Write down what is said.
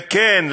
וכן,